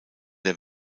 der